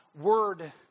word